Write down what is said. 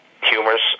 humorous